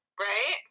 Right